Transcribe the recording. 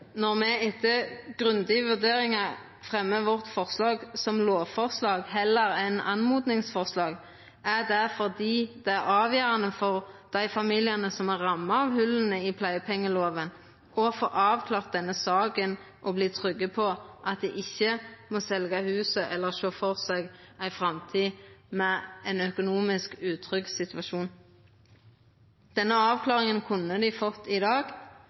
Når me etter grundige vurderingar fremjar forslaget vårt som lovforslag heller enn som oppmodingsforslag, er det fordi det er avgjerande for dei familiane som er ramma av hòla i pleiepengeordninga, å få denne saka avklara og verta trygge på at dei ikkje må selja huset eller sjå for seg ei framtid med ein økonomisk utrygg situasjon. Denne avklaringa kunne dei fått i dag